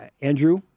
Andrew